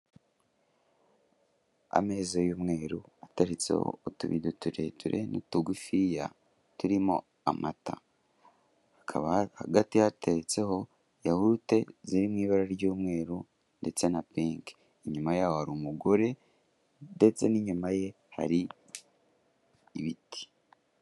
Ameza y'umweru ataretseho utubido tureture n'utugufiya turimo amata. Hakaba hagati hateretseho yawurute ziri mu ibara ry'umweru ndetse na pinki, inyuma yaho hari umugore ndetse n'inyuma ye hari ibiti.